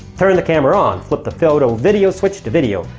turn the camera on. flip the photo video switch to video.